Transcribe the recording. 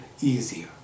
easier